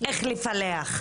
איך לפלח.